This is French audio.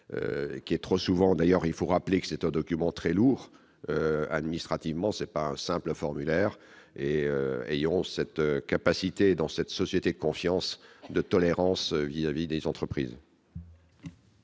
qui est trop souvent d'ailleurs, il faut rappeler que c'est un document très lourd administrativement, c'est par un simple formulaire et ayons cette capacité dans cette société confiance de tolérance vis-à-vis des entreprises.